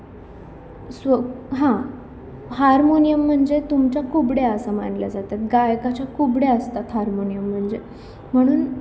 स्व हां हार्मोनियम म्हणजे तुमच्या कुबडया असं मानल्या जातात गायकाच्या कुबडया असतात हार्मोनियम म्हणजे म्हणून